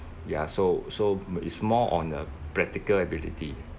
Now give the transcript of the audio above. ya so so it's more on the practical ability